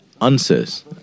Answers